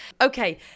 Okay